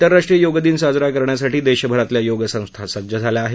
आंतरराष्ट्रीय योग दिन साजरा करण्यासाठी देशभरातल्या योगसंस्था सज्ज झाल्या आहे